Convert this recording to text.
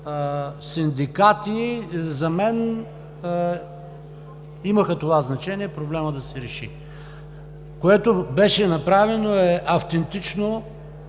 синдикати, за мен имаха това значение проблемът да се реши. Което беше направено автентично